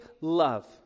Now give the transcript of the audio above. love